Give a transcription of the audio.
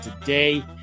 today